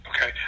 Okay